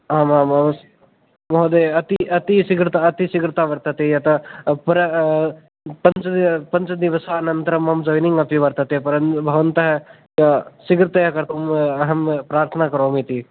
आम् आम् अवश्यं महोदय अति अति शीघ्रता अति शीघ्रता वर्तते यथा पुर पञ्च पञ्चदिवसानन्तरं मम जोय्निङ्ग् अपि वर्तते भवन्तः शीघ्रतया कर्तुम् अहं प्रार्थना करोमि इति